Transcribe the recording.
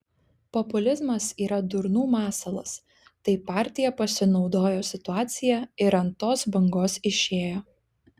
populizmas yra durnų masalas tai partija pasinaudojo situacija ir ant tos bangos išėjo